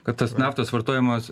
kad tas naftos vartojimas